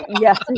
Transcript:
Yes